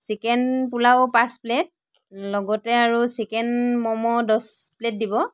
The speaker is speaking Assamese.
চিকেন পোলাও পাঁচ প্লেট লগতে আৰু চিকেন ম'ম' দহ প্লেট দিব